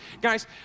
guys